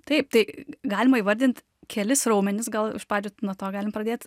taip tai galima įvardint kelis raumenis gal iš pradžių nuo to galim pradėt